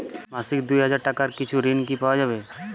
মাসিক দুই হাজার টাকার কিছু ঋণ কি পাওয়া যাবে?